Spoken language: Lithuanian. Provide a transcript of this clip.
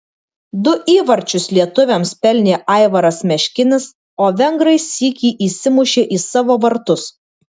du įvarčius lietuviams pelnė aivaras meškinis o vengrai sykį įsimušė į savo vartus